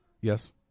Yes